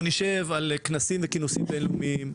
אנחנו נשב בכנסים וכינוסים בין-לאומיים,